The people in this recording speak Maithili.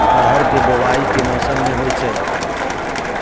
अरहर केँ बोवायी केँ मौसम मे होइ छैय?